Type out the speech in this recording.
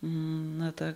na ta